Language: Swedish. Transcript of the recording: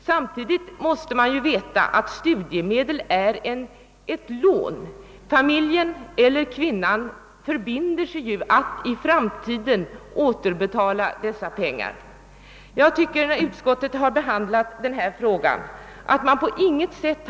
Samtidigt måste man veta att studiemedel är ett lån. Familjen eller kvinnan förbinder sig att i framtiden återbetala dessa pengar. Jag tycker att utskottet vid behandlingen av denna fråga på intet sätt.